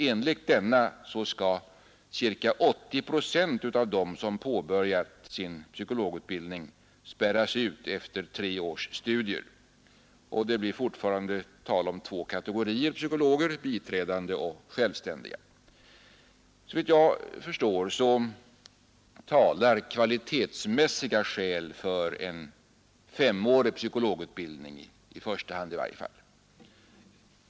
Enligt detta förslag skall ca 80 procent av de studenter som påbörjat sin psykologutbildning spärras ut efter tre års studier. Det blir fortfarande tal om två kategorier psykologer: biträdande och självständiga. Efter vad jag förstår talar kvalitetsmässiga skäl för en femårig psykologutbildning, i första hand i varje fall.